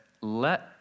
let